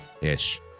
ish